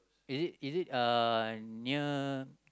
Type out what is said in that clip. is it is it uh near